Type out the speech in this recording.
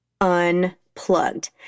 unplugged